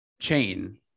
chain